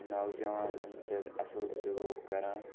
نَوجوانَن سۭتۍ اَصٕل سلوٗک کَران